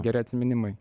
geri atsiminimai